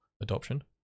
adoption